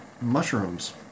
mushrooms